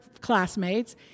classmates